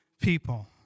people